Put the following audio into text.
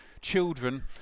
children